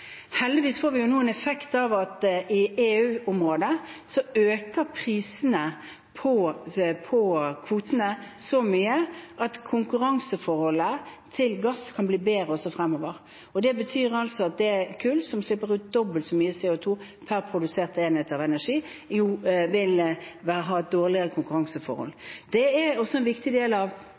Heldigvis får vi nå en effekt av at man i EU-området øker prisene på kvotene så mye at konkurranseforholdet til gass kan bli bedre også fremover. Det betyr at kull, som slipper ut dobbelt så mye CO 2 per produsert enhet energi, vil ha et dårligere konkurranseforhold. Det er også en viktig del av